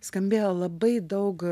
skambėjo labai daug